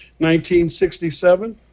1967